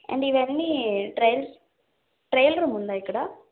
and ఇవన్నీ trials trial room ఉందా ఇక్కడ